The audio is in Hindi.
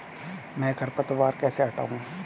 मैं खरपतवार कैसे हटाऊं?